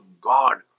God